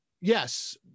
yes